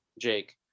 Jake